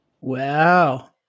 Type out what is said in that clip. Wow